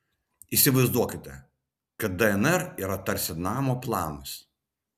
įsivaizduokite kad dnr yra tarsi namo planas